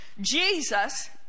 Jesus